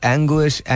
Anguish